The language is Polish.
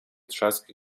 trzask